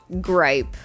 gripe